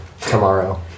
tomorrow